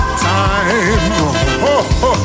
Time